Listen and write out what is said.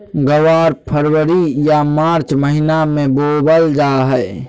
ग्वार फरवरी या मार्च महीना मे बोवल जा हय